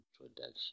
introduction